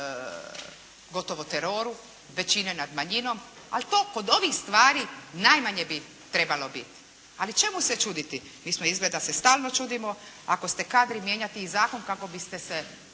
gotovo teroru, većine nad manjinom, ali to kod ovih stvari najmanje bi trebalo biti. Ali čemu se čuditi. Mi smo izgleda se stalno čudimo. Ako ste kadri mijenjati i zakon kako biste se